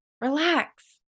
relax